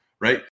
right